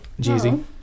Jeezy